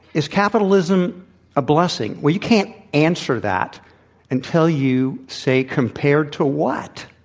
is capitalism a blessing? well, you can't answer that until you say, compared to what?